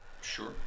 Sure